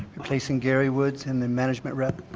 replacing gary woods in the management rep.